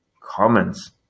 comments